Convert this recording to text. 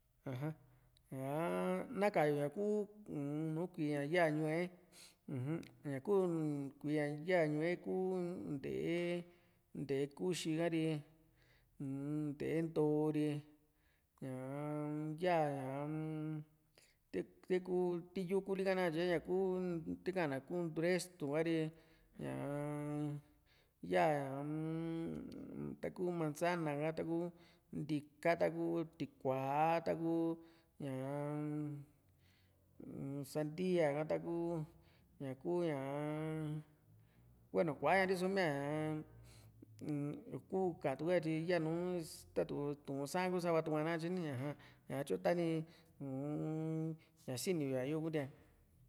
aja ñaa na ka´yu ña kuu u´u nú kui´i ña yaa ñu´e uju ña ku kui´i ña yaa ñu´e ku nte´e nte´e kuxi ka ri uu-m nte´e ntoo ri ñaa-m ya ña-m ti ku ti yukuli nakatye ta´kana ku nturestú ka ri ñaa yaa-m taku mansana han taku ntika taku tikùa´a taku ñaa-m sandia ka taku ñaku ñáa hueno kuaña riso mí´aa nku katu´e tyi yanuu tatu´n Tu'un saán ku sava tuku nakatye ni aja ñatyu tani uu-m ña sini yu ñá yo kunti ña